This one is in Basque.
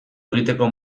egiteko